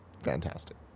fantastic